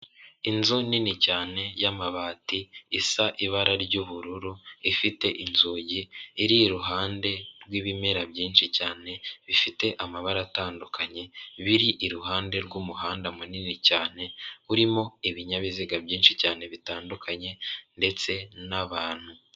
Inzu nini cyane y'amabati isa ibara ry'ubururu ifite inzugi iri iruhande rw'ibimera byinshi cyane bifite amabara atandukanye biri iruhande rw'umuhanda munini cyane urimo ibinyabiziga byinshi cyane bitandukanye ndetse n'abantu.